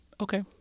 Okay